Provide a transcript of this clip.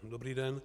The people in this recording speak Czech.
Dobrý den.